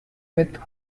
with